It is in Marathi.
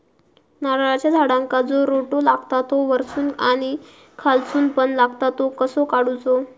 नारळाच्या झाडांका जो रोटो लागता तो वर्सून आणि खालसून पण लागता तो कसो काडूचो?